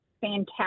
fantastic